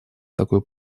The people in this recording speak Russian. такой